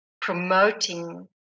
promoting